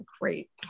great